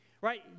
Right